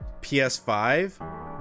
PS5